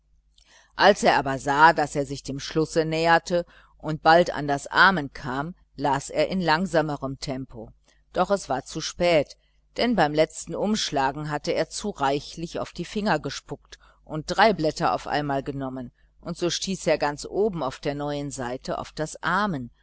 als er aber sah daß er sich dem schlusse näherte und bald an das amen kam las er in langsamerem tempo doch es war zu spät denn beim letzten umschlagen hatte er zu reichlich auf die finger gespuckt und drei blätter auf einmal genommen und so stieß er ganz oben auf der neuen seite auf das amen